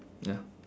ya